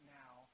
now